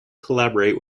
collaborate